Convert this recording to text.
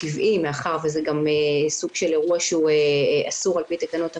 מאחר וזה סוג של אירוע אסור על פי תקנות הקורונה,